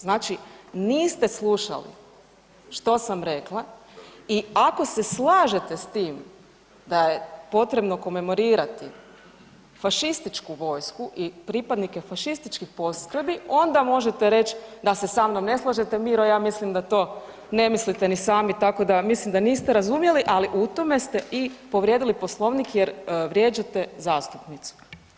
Znači, niste slušali što sam rekla i ako se slažete s tim da je potrebno komemorirati fašističku vojsku i pripadnike fašističkih postrojbi, onda možete reći da se sa mnom ne slažete, Miro, ja mislim da to ne mislite ni sami, tako da mislim da niste razumjeli, ali u tome ste i povrijedili Poslovnik jer vrijeđate zastupnicu.